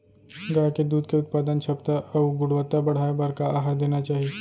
गाय के दूध के उत्पादन क्षमता अऊ गुणवत्ता बढ़ाये बर का आहार देना चाही?